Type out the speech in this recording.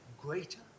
greater